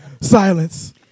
Silence